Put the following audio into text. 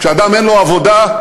אדם שאין לו עבודה,